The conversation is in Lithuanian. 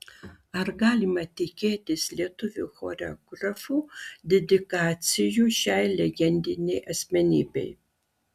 ar galime tikėtis lietuvių choreografų dedikacijų šiai legendinei asmenybei